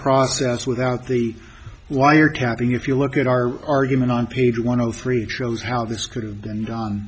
process without the wiretapping if you look at our argument on page one hundred three shows how this could have been